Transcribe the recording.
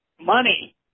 money